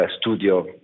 studio